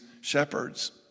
shepherds